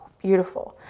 beautiful.